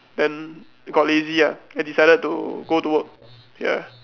then got lazy ah and decided to go to work ya